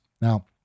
Now